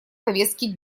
повестки